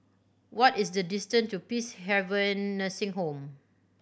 what is the distance to Peacehaven Nursing Home